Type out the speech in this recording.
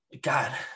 god